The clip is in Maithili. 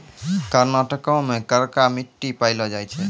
कर्नाटको मे करका मट्टी पायलो जाय छै